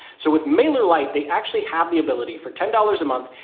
so with mailerlite they actually have the ability for ten dollars a month.